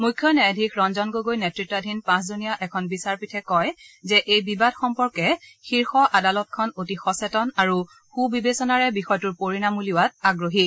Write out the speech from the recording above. মুখ্য ন্যায়াধীশ ৰঞ্জন গগৈ নেত্ৰতাধীন পাঁচজনীয়া এখন বিচাৰপীঠে কয় যে এই বিবাদ সম্পৰ্কে শীৰ্ষ আদালতখন অতি সচেতন আৰু সুবিবেচনাৰে বিষয়টোৰ পৰিণাম উলিওৱাত আগ্ৰহী